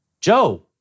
Joe